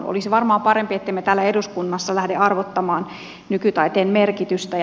olisi varmaan parempi et temme täällä eduskunnassa lähde arvottamaan nykytaiteen merkitystä